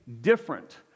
different